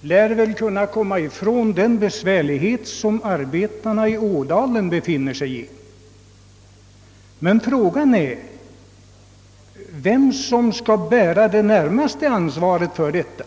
lär väl kunna förneka de besvärligheter arbetarna i Ådalen har. Men frågan är vem som skall bära det närmaste ansva en aktiv lokaliseringspolitik ret för detta.